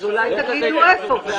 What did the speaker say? אולי תגידו איפה.